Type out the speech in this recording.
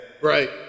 Right